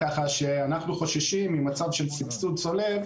כך שאנחנו חוששים ממצב של סבסוד צולב,